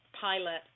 pilot